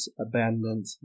abandoned